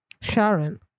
Sharon